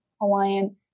Hawaiian